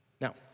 Now